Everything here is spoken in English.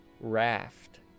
Raft